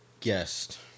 guest